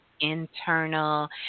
internal